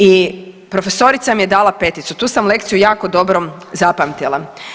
I profesorica mi je dala peticu, tu sam lekciju jako dobro zapamtila.